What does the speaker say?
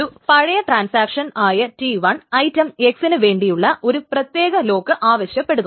ഒരു പഴയ ട്രാൻസാക്ഷനായ T1 ഐറ്റം x ന് വേണ്ടിയിട്ടുള്ള ഒരു പ്രത്യേക ലോക്ക് ആവശ്യപ്പെടുന്നു